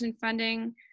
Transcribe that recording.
funding